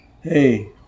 Hey